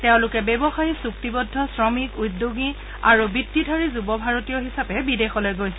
তেওঁলোকে ব্যৱসায়ী চুক্তিবদ্ধ শ্ৰমিক উদ্যমী আৰু বৃত্তিধাৰী যুৱ ভাৰতীয় হিচাপে বিদেশলৈ গৈছিল